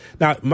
Now